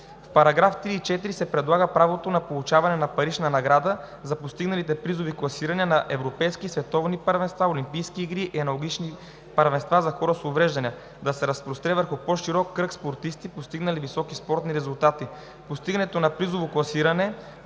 В параграфи 3 и 4 се предлага правото на получаване на парична награда за постигналите призови класирания на европейски, световни първенства, олимпийски игри и аналогични първенства за хора с увреждания да се разпростре върху по-широк кръг спортисти, постигнали високи спортни резултати. Постигането на призово класиране